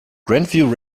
grandview